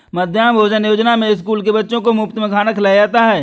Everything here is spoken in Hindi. मध्याह्न भोजन योजना में स्कूल के बच्चों को मुफत में खाना खिलाया जाता है